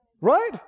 Right